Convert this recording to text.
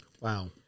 Wow